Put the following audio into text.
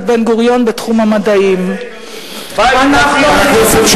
בן-גוריון בתחום המדעים." אין היגיון,